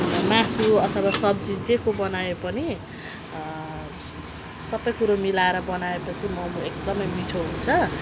अन्त मासु अथवा सब्जी जेको बनाए पनि सबै कुरो मिलाएर बनाएपछि मोमो एकदमै मिठो हुन्छ